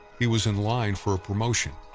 he was in-line for a promotion,